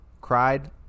cried